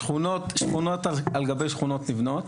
שכונות על גבי שכונות נבנות.